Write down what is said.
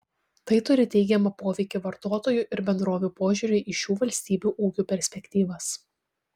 tai turi teigiamą poveikį vartotojų ir bendrovių požiūriui į šių valstybių ūkių perspektyvas